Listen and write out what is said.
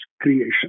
creation